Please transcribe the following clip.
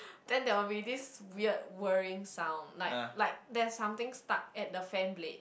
then there will be this weird worrying sound like like there's something stuck at the fan blade